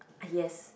yes